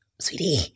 sweetie